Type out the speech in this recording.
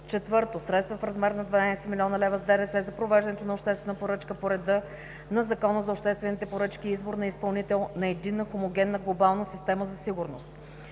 ЕООД. 4. Средства в размер на 12 млн. лв. с ДДС за провеждането на обществена поръчка по реда на Закона за обществените поръчки и избор на изпълнител за единна хомогенна глобална система за сигурност.